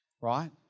right